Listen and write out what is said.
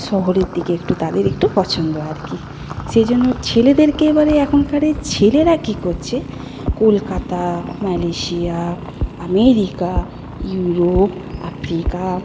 শহরের দিকে একটু তাদের একটু পছন্দ আর কি সেই জন্য ছেলেদেরকে এবারে এখনকারের ছেলেরা কি করছে Kolkata Malaysia America Europe Africa